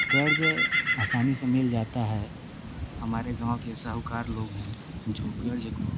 कर्ज़ आसानी से मिल जाता है हमारे गाँव के साहूकार लोग हैं जो कर्ज को